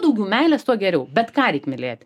daugiau meilės tuo geriau bet ką reik mylėti